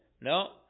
No